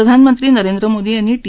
प्रधानमंत्री नरेंद्र मोदी यांनी टी